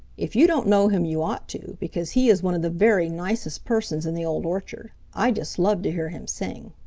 if you don't know him you ought to, because he is one of the very nicest persons in the old orchard. i just love to hear him sing.